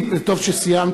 3%, זה טוב שסיימת,